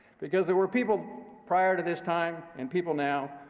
because there were people prior to this time, and people now,